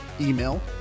email